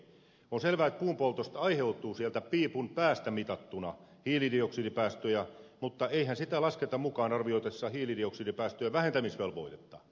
on selvää että puunpoltosta aiheutuu sieltä piipun päästä mitattuna hiilidioksidipäästöjä mutta eihän sitä lasketa mukaan arvioitaessa hiilidioksidipäästöjen vähentämisvelvoitetta